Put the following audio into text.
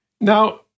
Now